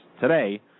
today